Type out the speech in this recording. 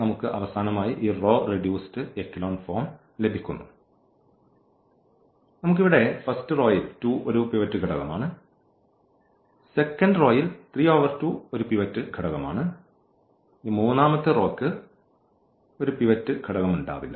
നമുക്ക് അവസാനമായി ഈ റോ റെഡ്യൂസ്ഡ് എക്കലൻ ഫോം ലഭിക്കുന്നു നമുക്ക് ഇവിടെ ഫസ്റ്റ് റോയിൽ 2 ഒരു പിവറ്റ് ഘടകമാണ് സെക്കൻഡ് റോയിൽ 32 ഒരു പിവറ്റ് ഘടകമാണ് ഈ മൂന്നാമത്തെ റോയ്ക്ക് ഒരു പിവറ്റ് ഘടകമുണ്ടാകില്ല